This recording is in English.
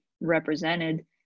represented